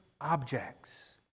objects